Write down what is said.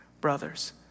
brothers